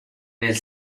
nel